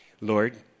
Lord